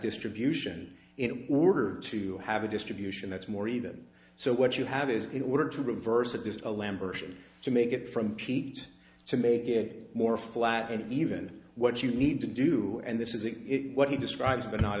distribution in order to have a distribution that's more even so what you have is in order to reverse it just lambertson to make it from cheat to make it more flat and even what you need to do and this is it what he describes but not